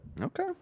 Okay